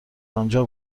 آنجا